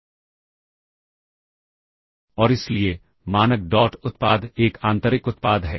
और इसलिए मानक डॉट उत्पाद एक आंतरिक उत्पाद है